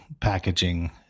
packaging